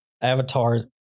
Avatar